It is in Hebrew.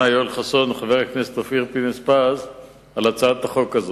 יואל חסון ואת חבר הכנסת אופיר פינס-פז על הצעת החוק.